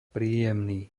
príjemný